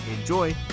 Enjoy